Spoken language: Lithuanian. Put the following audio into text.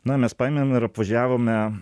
na mes paėmėm ir apvažiavome